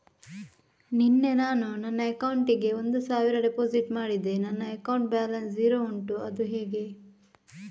ನಿನ್ನೆ ನಾನು ನನ್ನ ಅಕೌಂಟಿಗೆ ಒಂದು ಸಾವಿರ ಡೆಪೋಸಿಟ್ ಮಾಡಿದೆ ನನ್ನ ಅಕೌಂಟ್ ಬ್ಯಾಲೆನ್ಸ್ ಝೀರೋ ಉಂಟು ಅದು ಹೇಗೆ?